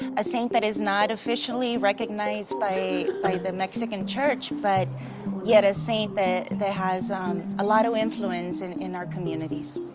a saint that is not officially recognized by by the mexican church, but yet a saint that that has um a lot of influence and in our communities.